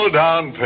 down